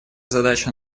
задача